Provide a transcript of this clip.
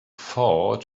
fought